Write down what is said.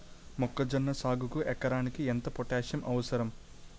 మొక్కజొన్న సాగుకు ఎకరానికి ఎంత పోటాస్సియం అవసరం?